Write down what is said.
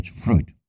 fruit